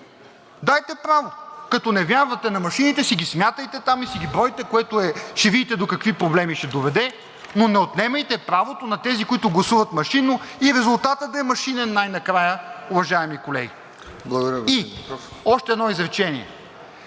Дайте право! Като не вярвате на машините, си ги смятайте там и си ги бройте, което ще видите до какви проблеми ще доведе, но не отнемайте правото на тези, които гласуват машинно, и резултатът да е машинен най-накрая, уважаеми колеги. ПРЕДСЕДАТЕЛ